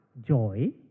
joy